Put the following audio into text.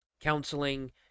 counseling